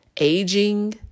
aging